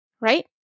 Right